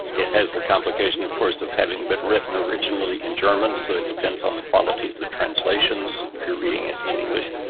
it has the complication of course of having been written originally in german, so it depends on the quality of the translations if you're reading it in english.